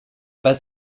pas